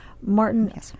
Martin